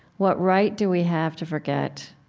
what right do we have to forget?